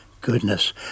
Goodness